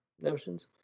notions